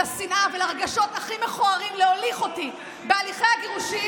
לשנאה ולרגשות הכי מכוערים להוליך אותי בהליכי הגירושים,